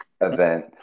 event